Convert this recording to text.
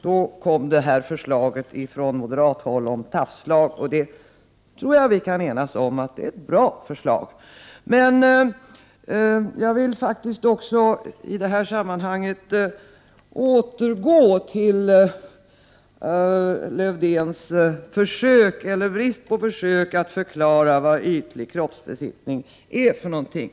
Då föddes uttrycket ”tafslag” från moderat håll. Jag tror att vi kan enas om att det är ett bra uttryck. Jag vill återkomma till Lars-Erik Lövdéns brist på förklaring till vad ytlig kroppsbesiktning är för någonting.